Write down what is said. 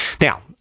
Now